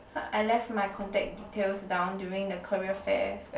I left my contact details down during the career fair